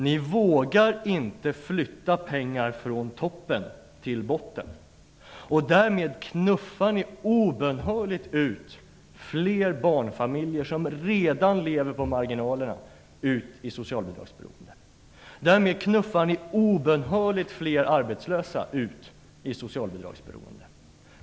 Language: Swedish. Ni vågar inte flytta pengar från toppen till botten. Därmed knuffar ni obönhörligen fler barnfamiljer som redan lever på marginalerna ut i socialbidragsberoende. Därmed knuffar ni obönhörligen fler arbetslösa ut i socialbidragsberoende.